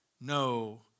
no